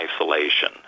isolation